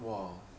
!wah!